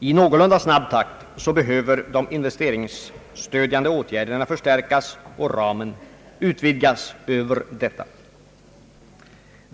i någorlunda snabb takt behöver de investeringsstödjande åtgärderna förstärkas och ramen utvidgas utöver detta.